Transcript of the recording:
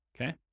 Okay